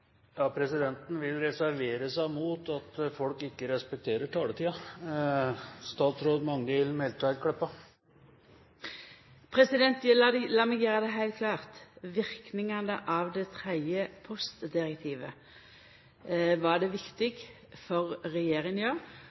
Presidenten vil reservere seg mot at folk ikke respekterer taletiden. Lat meg gjera det heilt klart: Verknadene av det tredje postdirektivet var det viktig for